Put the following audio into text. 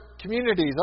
communities